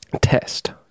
Test